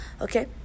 Okay